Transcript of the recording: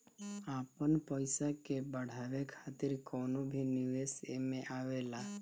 आपन पईसा के बढ़ावे खातिर कवनो भी निवेश एमे आवेला